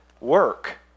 work